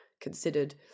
considered